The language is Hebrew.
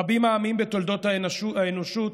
רבים העמים בתולדות האנושות